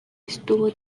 estuvo